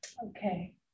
Okay